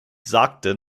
sagte